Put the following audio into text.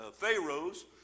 pharaohs